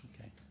Okay